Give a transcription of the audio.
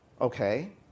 Okay